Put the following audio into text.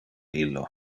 illo